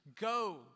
go